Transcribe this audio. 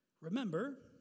Remember